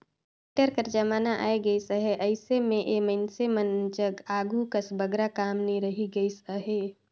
tractor कर जमाना आए गइस अहे, अइसे मे ए मइनसे मन जग आघु कस बगरा काम नी रहि गइस अहे